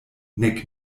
nek